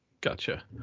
gotcha